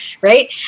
Right